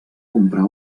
comprar